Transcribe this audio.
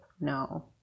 No